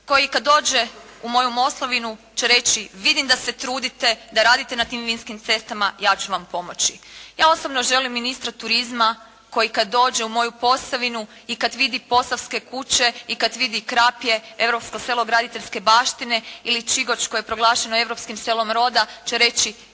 koji kad dođe u moju Moslavinu će reći vidim da se trudite, da radite na tim vinskim cestama, ja ću vam pomoći. Ja osobno želim ministra turizma koji kad dođe u moju Posavinu i kad vidi posavske kuće i kad vidi Krapje, europsko selo graditeljske baštine ili Čigoč koji je proglašen europskim selom roda će reći,